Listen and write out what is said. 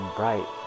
bright